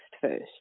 first